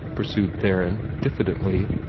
pursued theron, diffidently,